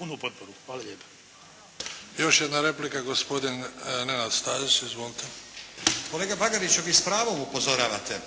**Bebić, Luka (HDZ)** Još jedna replika, gospodin Nenad Stazić. Izvolite1 **Stazić, Nenad (SDP)** Kolega Bagarić! Vi s pravom upozoravate